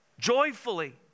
Joyfully